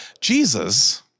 Jesus